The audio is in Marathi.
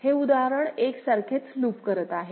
हे उदाहरण 1 सारखेच लूप करत आहे